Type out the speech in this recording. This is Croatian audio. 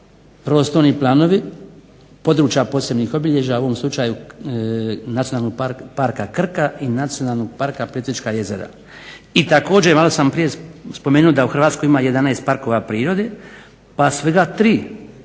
prostorni planovi područja posebnih obilježja, a u ovom slučaju Nacionalnog parka Krka i Nacionalnog parka Plitvička jezera. I također, maloprije sam spomenuo da u Hrvatskoj ima 11 parkova prirode pa svega 3